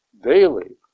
daily